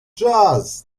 jazz